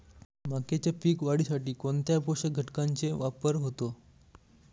मक्याच्या पीक वाढीसाठी कोणत्या पोषक घटकांचे वापर होतो?